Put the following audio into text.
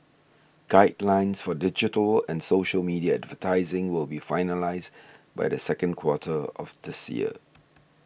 guidelines for digital and social media advertising will be finalised by the second quarter of this year